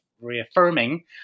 reaffirming